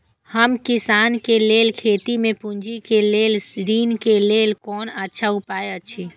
हम किसानके लेल खेती में पुंजी के लेल ऋण के लेल कोन अच्छा उपाय अछि?